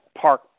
park